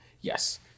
Yes